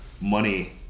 money